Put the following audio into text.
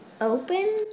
open